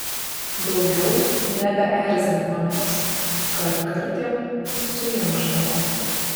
daugiau nebeerzink manęs kartkartėm suinkšdavo